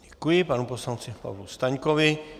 Děkuji panu poslanci Pavlu Staňkovi.